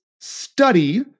study